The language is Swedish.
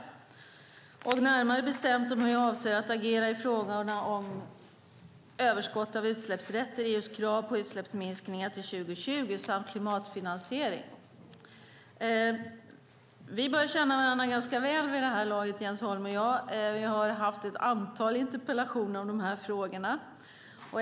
Närmare bestämt har han frågat mig hur jag avser att agera i frågorna om överskottet av utsläppsrätter, EU:s krav på utsläppsminskningar till 2020 samt klimatfinansiering. Vi börjar känna varandra ganska väl vid det här laget, Jens Holm och jag. Vi har haft ett antal interpellationer om dessa frågor.